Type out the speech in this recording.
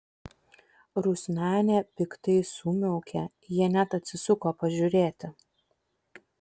rusmenė piktai sumiaukė jie net atsisuko pažiūrėti